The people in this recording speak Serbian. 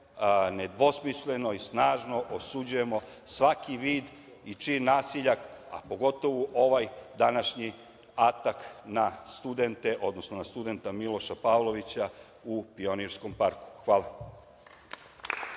nedvosmisleno i snažno osuđujemo svaki vid i čin nasilja, a pogotovo ovaj današnji atak na studente, odnosno na studenta Miloša Pavlovića u Pionirskom parku. Hvala.